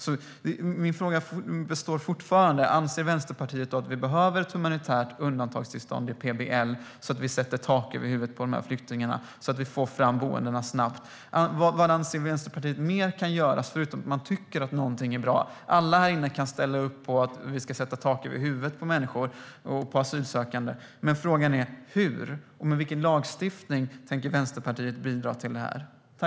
Mina frågor kvarstår: Anser Vänsterpartiet att vi behöver ett humanitärt undantag i PBL så att vi kan sätta tak över huvudet på flyktingar och får fram boenden snabbt? Vad anser Vänsterpartiet kan göras mer förutom att tycka att något är bra? Alla här inne kan ställa upp på att vi ska sätta tak över huvudet på asylsökande, men frågan är hur och med vilken lagstiftning Vänsterpartiet tänker bidra till detta.